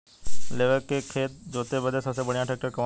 लेव के खेत जोते बदे सबसे बढ़ियां ट्रैक्टर कवन बा?